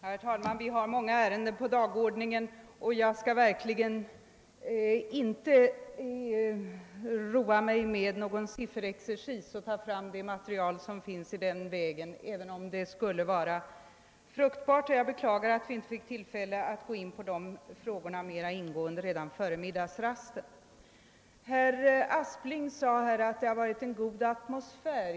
Herr talman! Vi har många ärenden på dagordningen och jag skall verkligen inte roa mig med någon sifferexercis med utgångspunkt i det material som finns på detta område, även om det skulle vara fruktbart. Jag beklagar att vi inte fick tillfälle att mera ingående gå in på dessa frågor reda före middagsrasten. Herr Aspling sade att förhandlingarna fördes i en god atmosfär.